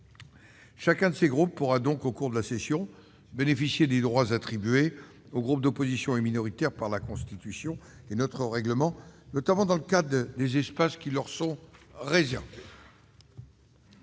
Chacun de ces groupes pourra donc, au cours de la session, bénéficier des droits attribués aux groupes d'opposition et minoritaires par la Constitution et notre règlement, notamment dans le cadre des « espaces » qui leur sont réservés.